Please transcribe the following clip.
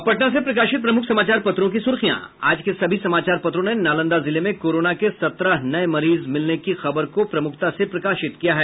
अब पटना से प्रकाशित प्रमुख समाचार पत्रों की सुर्खियां आज के सभी समाचार पत्रों ने नालंदा जिले में कोरोना के सत्रह नये मरीज मिलने की खबर को प्रमुखता से प्रकाशित किया है